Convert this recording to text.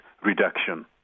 reduction